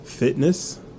Fitness